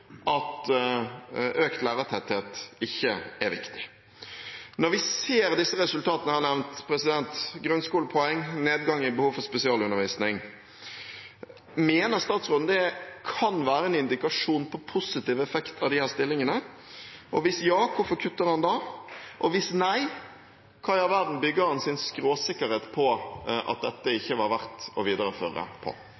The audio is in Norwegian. at økt lærertetthet ikke er viktig. Når vi ser disse resultatene jeg har nevnt – grunnskolepoeng, nedgang i behov for spesialundervisning – mener statsråden det kan være en indikasjon på positiv effekt av disse stillingene? Hvis ja: Hvorfor kutter han da? Hvis nei: Hva i all verden bygger han sin skråsikkerhet på om at dette